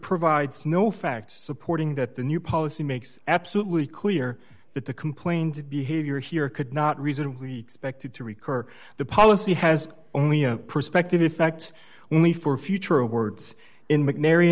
provides no facts supporting that the new policy makes absolutely clear that the complaint behavior here could not reasonably expected to recur the policy has only a perspective effect when we for future awards in mcnairy